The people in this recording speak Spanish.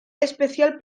especial